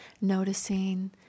noticing